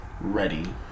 ready